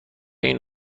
این